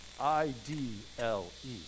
I-D-L-E